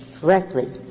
correctly